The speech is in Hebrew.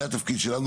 זה התפקיד שלנו,